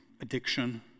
addiction